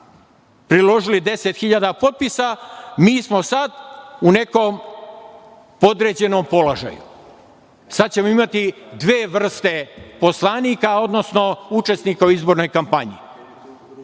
priložili 10.000 potpisa mi smo sad u nekom podređenom položaju. Sada ćemo imati dve vrste poslanika, odnosno učesnika u izbornoj kampanji. Isto